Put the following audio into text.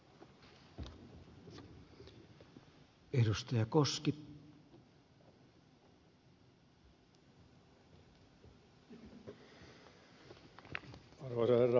arvoisa herra puhemies